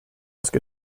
ask